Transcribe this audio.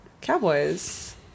Cowboys